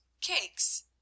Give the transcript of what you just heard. cakes